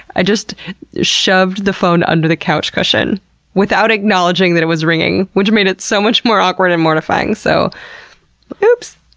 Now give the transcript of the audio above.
i just shoved the phone under the couch cushion without acknowledging that it was ringing which just made it so much more awkward and mortifying. so oops!